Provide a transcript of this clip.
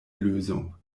lösung